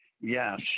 Yes